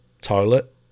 toilet